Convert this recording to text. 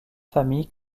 famille